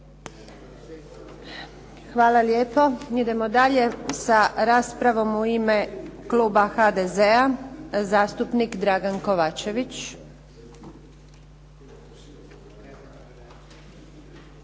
Hvala lijepa. Idemo dalje sa raspravom. U ime kluba HDZ-a zastupnik Dragan Kovačević.